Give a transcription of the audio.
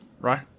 right